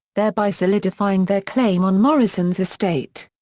thereby solidifying their claim on morrison's estate.